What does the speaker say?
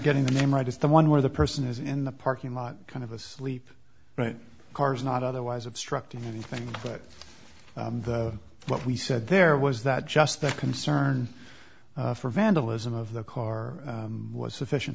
getting the name right is the one where the person is in the parking lot kind of a sleep right cars not otherwise obstructing anything but what we said there was that just the concern for vandalism of the car was sufficient